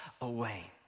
away